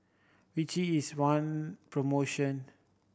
Vichy is one promotion